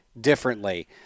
differently